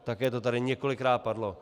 Také to tady několikrát padlo.